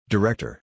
Director